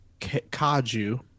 Kaju